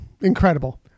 incredible